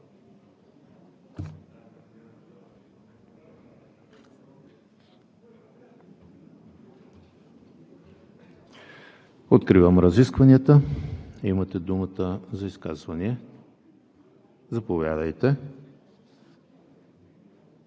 Откривам разискванията – имате думата за изказвания. Заповядайте,